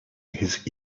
his